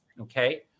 Okay